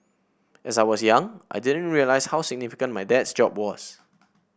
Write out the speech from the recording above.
as I was young I didn't realise how significant my dad's job was